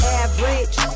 average